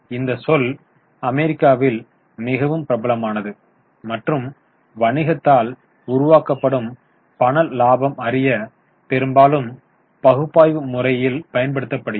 இந்த சொல் அமெரிக்காவில் மிகவும் பிரபலமானது மற்றும் வணிகத்தால் உருவாக்கப்படும் பண லாபம் அறிய பெரும்பாலும் பகுப்பாய்வு முறை பயன்படுத்தப்படுகிறது